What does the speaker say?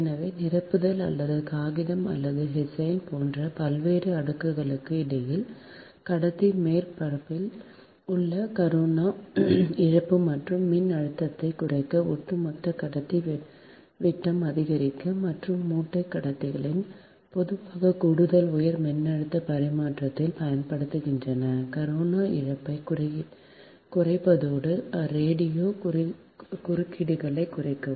எனவே நிரப்புதல் அல்லது காகிதம் அல்லது ஹெசியன் போன்ற பல்வேறு அடுக்குகளுக்கு இடையில் கடத்தி மேற்பரப்பில் உள்ள கரோனா இழப்பு மற்றும் மின் அழுத்தத்தை குறைக்க ஒட்டுமொத்த கடத்தி விட்டம் அதிகரிக்க மற்றும் மூட்டை கடத்திகள் பொதுவாக கூடுதல் உயர் மின்னழுத்த பரிமாற்றத்தில் பயன்படுத்தப்படுகின்றன கரோனா இழப்பைக் குறைப்பதோடு ரேடியோ குறுக்கீடுகளைக் குறைக்கவும்